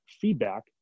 feedback